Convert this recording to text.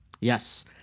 Yes